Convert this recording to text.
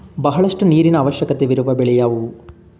ಬಹಳಷ್ಟು ನೀರಿನ ಅವಶ್ಯಕವಿರುವ ಬೆಳೆ ಯಾವುವು?